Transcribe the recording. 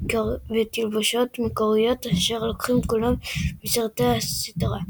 מקוריות אשר לקוחים כולם מסרטי הסדרה.